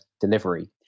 delivery